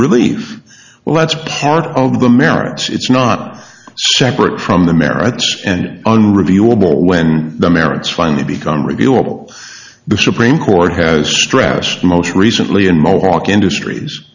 relief well that's part of the merits it's not separate from the merits and unreviewable when the merits finally become reviewable the supreme court has stressed most recently in mohawk industries